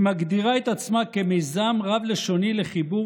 היא מגדירה את עצמה כמיזם רב-לשוני לחיבור